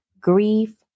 grief